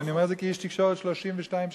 ואני אומר את זה כאיש תקשורת 32 שנה.